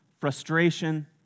frustration